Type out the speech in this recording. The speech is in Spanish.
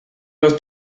los